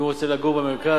אם הוא רוצה לגור במרכז,